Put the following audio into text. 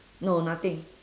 no nothing